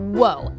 Whoa